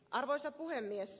arvoisa puhemies